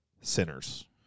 Sinners